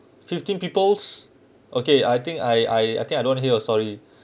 fifteen peoples okay I think I I think I don't hear oh sorry